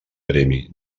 premi